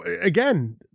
Again